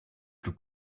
plus